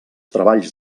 treballs